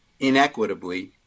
inequitably